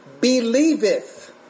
believeth